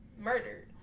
Murdered